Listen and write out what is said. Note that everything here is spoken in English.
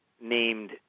named